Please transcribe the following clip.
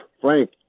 Frank